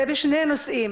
זה בשני נושאים